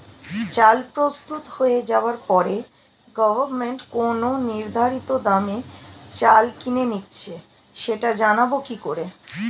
চাল প্রস্তুত হয়ে যাবার পরে গভমেন্ট কোন নির্ধারিত দামে চাল কিনে নিচ্ছে সেটা জানবো কি করে?